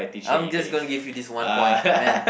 I'm just going to give you this one point man